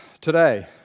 today